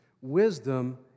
Wisdom